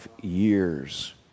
years